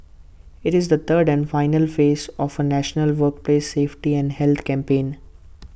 IT is the third and final phase of A national workplace safety and health campaign